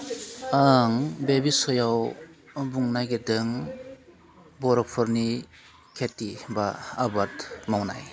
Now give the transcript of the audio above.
आं बे बिस्सयाव बुंनो नागिदों बर'फोरनि खेथि बा आबाद मावनाय